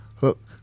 hook